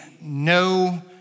no